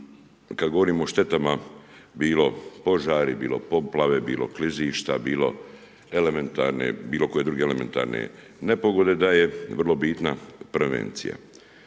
kad govorimo o štetama bilo požari, bilo poplave, bilo klizišta, bilo koje druge elementarne nepogode da je vrlo bitna prevencija,